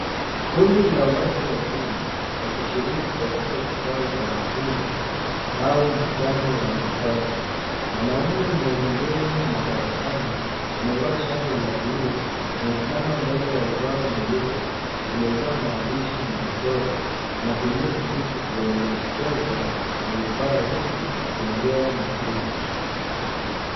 Kundi la watu wazima wakishiriki katika kikao cha mafunzo au mkutano wa kikazi. Mwanaume mwenye ndevu na tabasamu, amevaa shati la buluu, amesimama mbele ya ubao mweupe uliojaa maandishi na michoro, anatumia kijiti kuelekeza kwenye ubao huku akiongea na kundi.